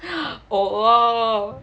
oh oh